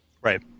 Right